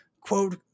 quote